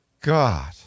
God